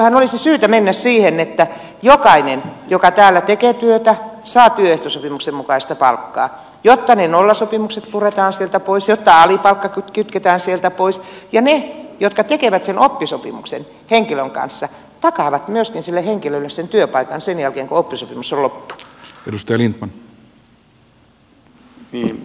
eiköhän olisi syytä mennä siihen että jokainen joka täällä tekee työtä saa työehtosopimuksen mukaista palkkaa jotta ne nollasopimukset puretaan sieltä pois ja jotta alipalkka kitketään sieltä pois ja ne jotka tekevät sen oppisopimuksen henkilön kanssa takaavat myöskin sille henkilölle sen työpaikan sen jälkeen kun oppisopimus on loppu